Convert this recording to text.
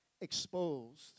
exposed